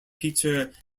peter